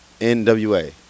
NWA